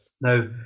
Now